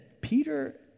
Peter